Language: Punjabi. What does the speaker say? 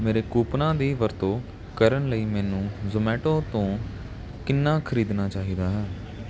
ਮੇਰੇ ਕੂਪਨਾਂ ਦੀ ਵਰਤੋਂ ਕਰਨ ਲਈ ਮੈਨੂੰ ਜ਼ੋਮੈਟੋ ਤੋਂ ਕਿੰਨਾ ਖ਼ਰੀਦਣਾ ਚਾਹੀਦਾ ਹੈ